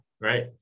Right